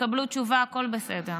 תקבלו תשובה, הכול בסדר.